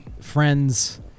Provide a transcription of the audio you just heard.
friends